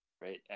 right